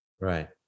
Right